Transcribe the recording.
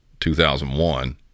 2001